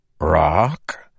Rock